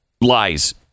lies